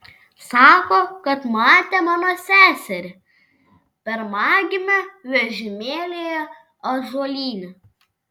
sako kad matė mano seserį pirmagimę vežimėlyje ąžuolyne